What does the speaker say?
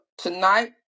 Tonight